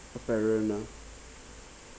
apparent ah